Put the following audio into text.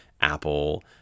apple